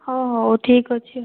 ହଁ ହଉ ଠିକ୍ ଅଛି